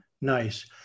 nice